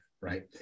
right